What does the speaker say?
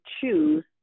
choose